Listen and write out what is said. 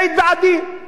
לא בעניינים האישיים.